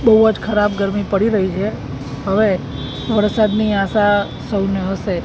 બહુ જ ખરાબ ગરમી પડી રહી છે હવે વરસાદની આશા સૌને હશે